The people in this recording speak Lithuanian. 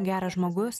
geras žmogus